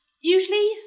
usually